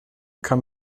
kann